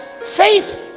faith